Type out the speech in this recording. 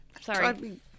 Sorry